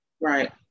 Right